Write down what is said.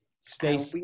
Stay